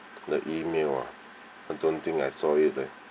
the E-mail ah I don't think I saw you leh